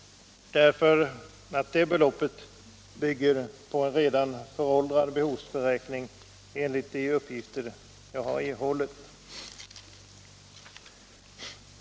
Det beloppet bygger på en redan föråldrad behovsberäkning, enligt de uppgifter jag har erhållit.